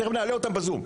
ונעלה אותן בזום,